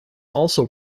also